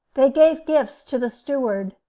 they gave gifts to the steward,